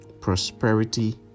prosperity